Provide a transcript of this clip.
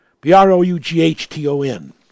B-R-O-U-G-H-T-O-N